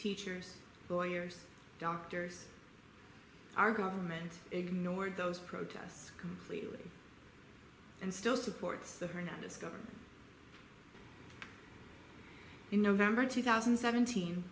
teachers lawyers doctors our government ignored those protests completely and still supports her not discovered in november two thousand and seventeen